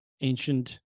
ancient